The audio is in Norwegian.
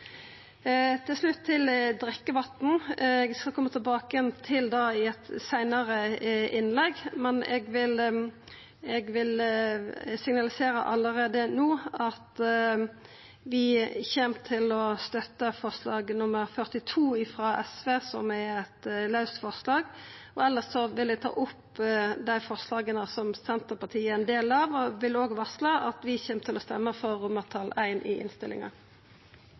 til slutt til drikkevatn: Eg skal koma tilbake til det i eit seinare innlegg, men eg vil signalisera allereie no at vi kjem til å støtta forslag nr. 42, frå Sosialistisk Venstreparti, som er eit laust forslag. Eg vil òg varsla at vi kjem til å røysta for I i innstillinga.